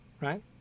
right